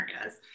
areas